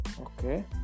Okay